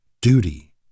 duty